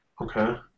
Okay